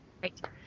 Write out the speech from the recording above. great